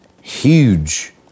huge